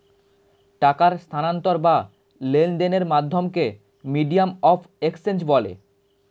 টাকার স্থানান্তর বা লেনদেনের মাধ্যমকে মিডিয়াম অফ এক্সচেঞ্জ বলে